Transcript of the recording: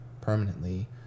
permanently